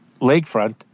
lakefront